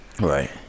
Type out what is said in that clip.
Right